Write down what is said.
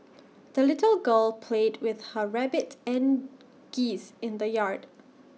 the little girl played with her rabbit and geese in the yard